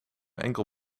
enkel